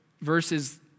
Verses